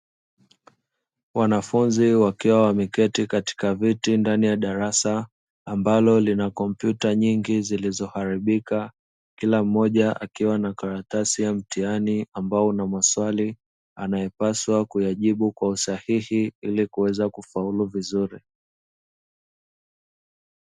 Wanafunzi wakiwa wameketi katika viti ndani ya darasa, ambalo lina kompyuta nyingi zilizoharibika, kila mmoja akiwa na karatasi ya mtihani, ambao una maswali anayopaswa kuyajibu kwa usahihi, ili kuweza kufaulu vizuri.